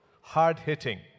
hard-hitting